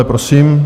Prosím.